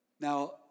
Now